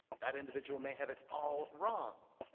that individual may have it all wrong.